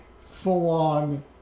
full-on